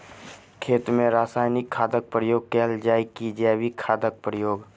खेत मे रासायनिक खादक प्रयोग कैल जाय की जैविक खादक प्रयोग?